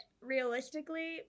realistically